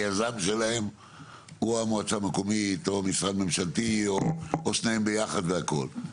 היזם שלהם הוא המועצה המקומית או משרד ממשלתי או שניהם ביחד והכל.